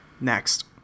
Next